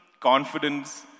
confidence